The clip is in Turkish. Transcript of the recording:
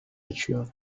açıyor